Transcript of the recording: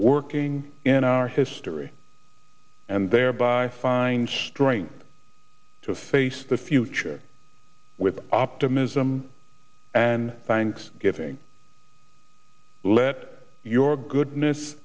working in our history and thereby find strength to face the future with optimism and thanksgiving let your goodness